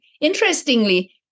Interestingly